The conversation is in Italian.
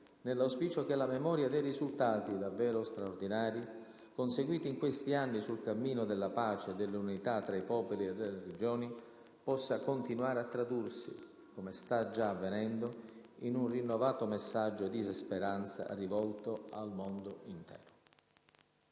nell'auspicio che la memoria dei risultati - davvero straordinari -conseguiti in questi anni sul cammino della pace e dell'unità tra i popoli e le religioni, possa continuare a tradursi, come sta già avvenendo, in un rinnovato messaggio di speranza rivolto al mondo intero.